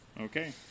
Okay